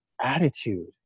attitude